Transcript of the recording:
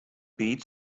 beat